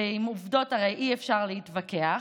ועם עובדות הרי אי-אפשר להתווכח,